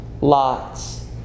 Lot's